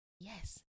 Yes